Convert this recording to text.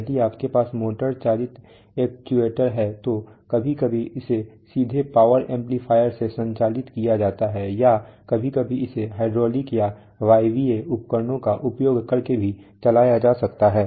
यदि आपके पास मोटर चालित एक्चुएटर है तो कभी कभी इसे सीधे पावर एम्पलीफायर से संचालित किया जाता है या कभी कभी इसे हाइड्रोलिक या वायवीय उपकरणों का उपयोग करके भी चलाया जा सकता है